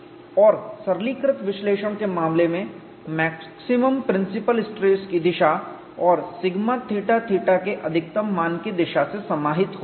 और सरलीकृत विश्लेषण के मामले में मैक्सिमम प्रिंसिपल स्ट्रेस की दिशा और σθθ के अधिकतम मान की दिशा से समाहित होती है